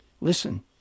Listen